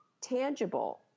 tangible